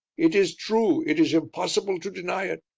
it is true, it is impossible to deny it.